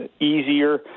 easier